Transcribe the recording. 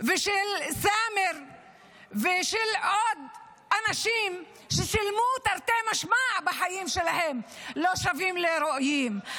ושל סאמר ושל עוד אנשים ששילמו תרתי משמע בחיים שלהם לא שווים וראויים.